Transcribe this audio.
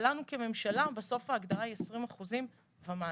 לנו כממשלה בסוף ההגדרה היא 20% ומעלה.